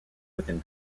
within